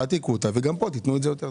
תעתיקו אותה וגם פה תיתנו את זה יותר זמן.